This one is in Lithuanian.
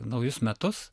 naujus metus